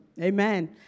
Amen